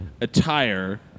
attire